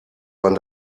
man